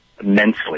immensely